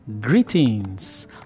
greetings